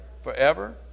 Forever